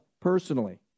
personally